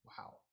Wow